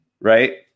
right